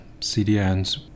CDNs